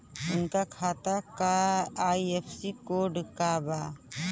उनका खाता का आई.एफ.एस.सी कोड का बा?